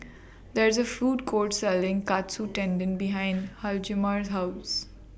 There IS A Food Court Selling Katsu Tendon behind Hjalmar's House